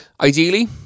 Ideally